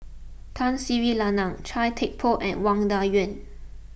Tun Sri Lanang Chia Thye Poh and Wang Dayuan